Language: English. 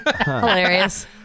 hilarious